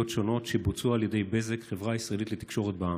שונות שבוצעו על ידי בזק חברה ישראלית לתקשורת בע"מ,